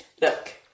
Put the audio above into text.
look